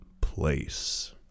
place